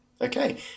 Okay